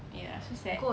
ya so sad